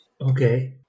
Okay